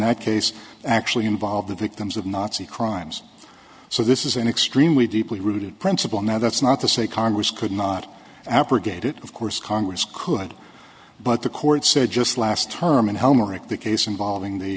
that case actually involved the victims of nazi crimes so this is an extremely deeply rooted principle now that's not to say congress could not abrogate it of course congress could but the court said just last term and helmar it the case involving the